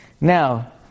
Now